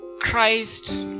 Christ